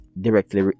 directly